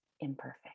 imperfect